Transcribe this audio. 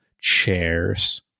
chairs